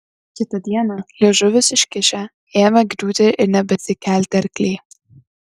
kitą dieną liežuvius iškišę ėmė griūti ir nebesikelti arkliai